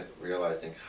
realizing